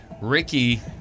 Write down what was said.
Ricky